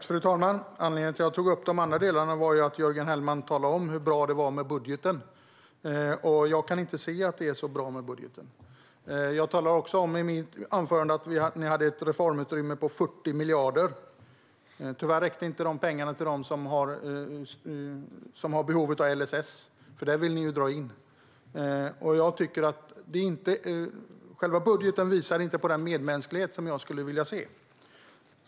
Fru talman! Anledningen till att jag tog upp de andra delarna var att Jörgen Hellman talade om hur bra det var med budgeten. Men jag kan inte se att det är så bra med budgeten. Jag talade i mitt anförande också om att ni hade ett reformutrymme på 40 miljarder. Tyvärr räckte inte de pengarna till dem som har behov av LSS, för där vill ni ju dra ned. Själva budgeten visar inte på den medmänsklighet som jag skulle vilja se.